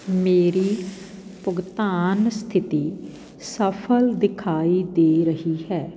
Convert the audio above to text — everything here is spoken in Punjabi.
ਮੇਰੀ ਭੁਗਤਾਨ ਸਥਿਤੀ ਸਫਲ ਦਿਖਾਈ ਦੇ ਰਹੀ ਹੈ